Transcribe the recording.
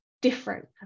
Different